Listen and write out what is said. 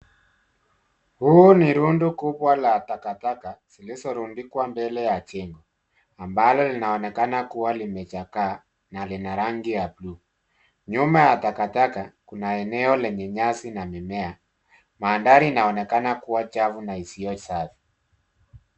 Huu ni rundo kubwa la takataka zilizorundikwa mbele ya jengo, ambalo linaonekana kuwa limechakaa na lina rangi ya bluu. Nyuma ya takataka kuna eneo lenye nyasi na mimea. Mandhari inaonekana kuwa chafu na isiyo safi.